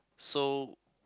so